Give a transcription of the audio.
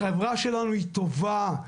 החברה שלנו היא טובה.